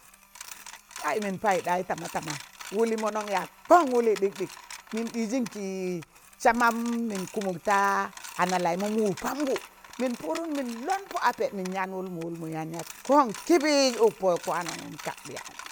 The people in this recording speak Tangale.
Kayị mịn paịɗayị tama tama, wụlị mọnọn yaag kon, wụlị ɗịkɗịk, mịn ɗịjin kịị, samam mịn kụmụk taa ana laịmụn wụpamgụ, mịn pụụdụn mịn lọn pọ ape mịn yaan wụlmụ wụlmụ yaan yad kọn kịbịịz ụk pọ kwanun kaɗsị yaajị.